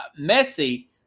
Messi